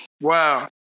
wow